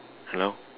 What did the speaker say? hello